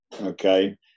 okay